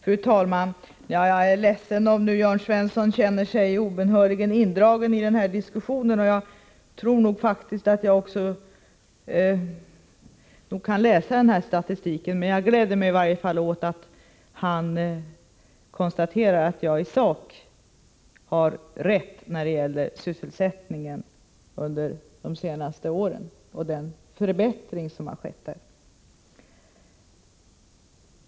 Fru talman! Jag är ledsen om nu Jörn Svensson känner sig obönhörligen indragen i den här diskussionen. Jag tror nog att jag faktiskt också kan läsa den här statistiken. Men jag gläder mig i varje fall åt att han konstaterar att jagisak har rätt när det gäller sysselsättningen under de senaste åren och den förbättring som har skett därvidlag.